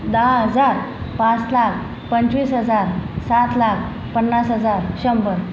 दहा हजार पास लाख पंचवीस हजार सात लाख पन्नास हजार शंभर